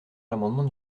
l’amendement